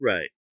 Right